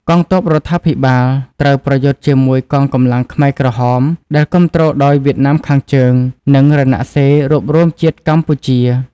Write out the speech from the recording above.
កងទ័ពរដ្ឋាភិបាលត្រូវប្រយុទ្ធជាមួយកងកម្លាំងខ្មែរក្រហម ដែលគាំទ្រដោយវៀតណាមខាងជើង និងរណសិរ្សរួបរួមជាតិកម្ពុជា។